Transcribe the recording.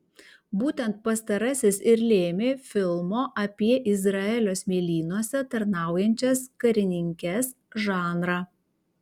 būtent pastarasis ir lėmė filmo apie izraelio smėlynuose tarnaujančias karininkes žanrą